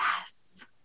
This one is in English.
Yes